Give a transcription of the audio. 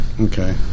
Okay